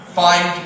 find